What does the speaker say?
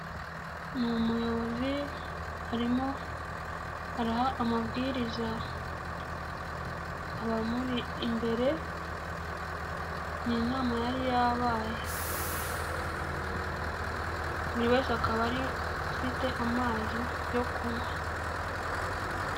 Ni umuyobozi arimo araha amabwiriza abamuri imbere. Ni inama yari yabaye . Buri wese akaba afite amazi yo kunywa.